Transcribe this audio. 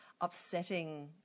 upsetting